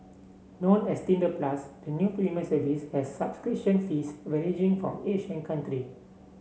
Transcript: known as Tinder Plus the new premium service has subscription fees varying from age and country